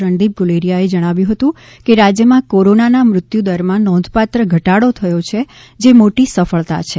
રણદીપ ગુલેરિયાએ જણાવ્યું હતું કે રાજ્યમાં કોરોનાના મૃત્યુ દરમાં નોંધપાત્ર ઘટાડો થયો જે જે મોટી સફળતા છે